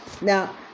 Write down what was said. Now